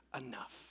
enough